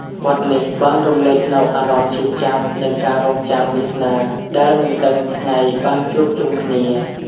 បទនេះបានរំលេចនូវអារម្មណ៍ឈឺចាប់ និងការរង់ចាំវាសនាដែលមិនដឹងថ្ងៃបានជួបជុំគ្នា។